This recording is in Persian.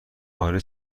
اره